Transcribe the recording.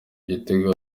igitego